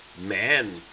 man